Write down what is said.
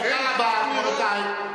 תודה רבה, רבותי.